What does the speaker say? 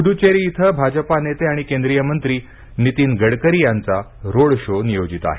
पुदुच्चेरी इथं Bhajpa नेते आणि केंद्रीय मंत्री नितीन गडकरी यांचा रोड शो नियोजित आहे